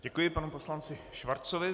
Děkuji panu poslanci Schwarzovi.